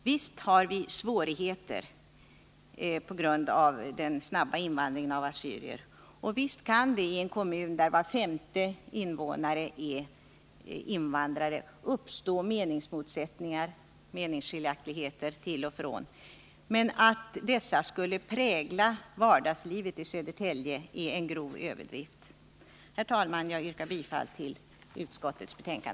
Visst har vi svårigheter på grund av den snabba invandringen av assyrier, och visst kan det i en kommun där var femte invånare är invandrare uppstå meningsmotsättningar och meningsskiljaktigheter till och från, men att dessa skulle prägla vardagslivet i Södertälje är en grov överdrift. Herr talman! Jag yrkar bifall till utskottets hemställan.